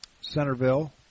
Centerville